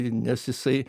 nes jisai